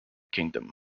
kingdom